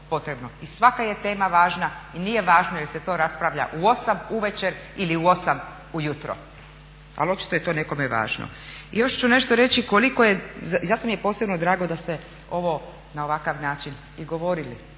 I svaka je tema važna i nije važno je li se to raspravlja u 8 uvečer ili u 8 ujutro, ali očito je to nekome važno. I još ću nešto reći koliko je i zato mi je posebno drago da ste ovo na ovakav način i govorili